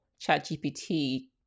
ChatGPT